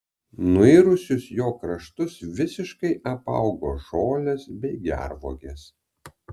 nuirusius jo kraštus visiškai apaugo žolės bei gervuogės